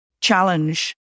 challenge